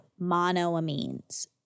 monoamines